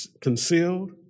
concealed